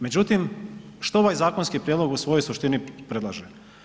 Međutim, što ovaj zakonski prijedlog u svojoj suštini predlaže?